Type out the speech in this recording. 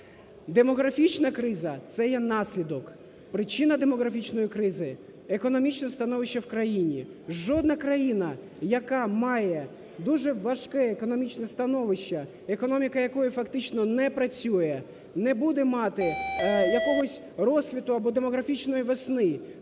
Демографічна криза – це є наслідок, причина демографічної кризи – економічне становище в країні. Жодна країна, яка має дуже важке економічне становище, економіка якої фактично не працює, не буде мати якогось розвиту або демографічної весни.